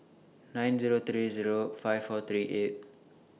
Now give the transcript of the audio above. nine Zero three Zero five four three eight